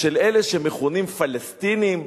של אלה שמכונים פלסטינים,